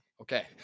Okay